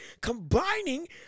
combining